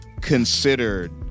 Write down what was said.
considered